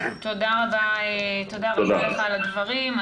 תודה רבה לך על הדברים.